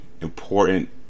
important